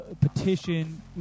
petition